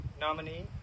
nominee